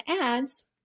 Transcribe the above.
ads